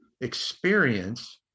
experience